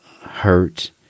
hurt